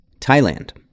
Thailand